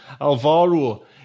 Alvaro